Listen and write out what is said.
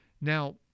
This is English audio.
Now